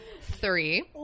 Three